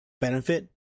benefit